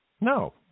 No